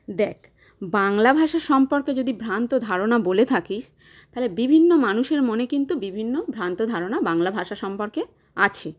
দেখ বাংলা ভাষা সম্পর্কে যদি ভ্রান্ত ধারণা বলে থাকিস তহলে বিভিন্ন মানুষের মনে কিন্তু বিভিন্ন ভ্রান্ত ধারণা বাংলা ভাষা সম্পর্কে আছে